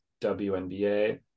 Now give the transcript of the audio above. WNBA